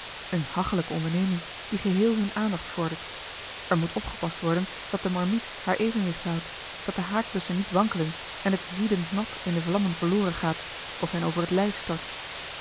een hachelijke onderneming die geheel hunne aandacht vordert er moet opgepast worden dat de marmiet haar evenwicht houdt dat de haakbussen niet wankelen en het ziedend nat in de vlammen verloren gaat of hen over het lijf stort